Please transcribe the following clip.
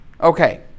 Okay